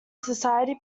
society